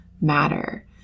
matter